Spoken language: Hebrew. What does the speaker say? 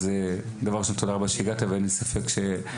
אז דבר ראשון תודה רבה שהגעת ואין לי ספק שגם